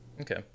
okay